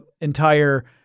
entire